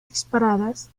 disparadas